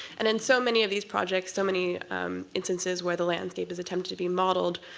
and in so many of these projects, so many instances where the landscape is attempted to be modeled